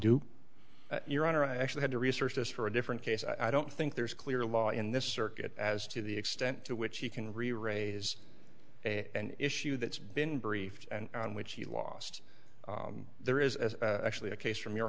do your honor i actually had to research this for a different case i don't think there's a clear law in this circuit as to the extent to which he can reraise and issue that's been briefed on which he lost there is actually a case from your